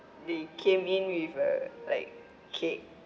they came in with a like cake